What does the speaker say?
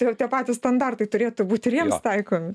tai ir tie patys standartai turėtų būti ir jiems taikomi